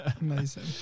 amazing